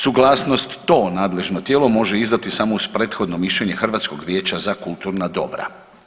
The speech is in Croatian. Suglasnost to nadležno tijelo može izdati samo uz prethodno mišljenje Hrvatskog vijeća za kulturna dobra.